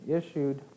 issued